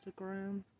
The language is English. Instagram